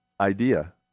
idea